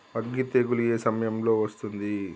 అగ్గి తెగులు ఏ సమయం లో వస్తుంది?